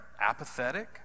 apathetic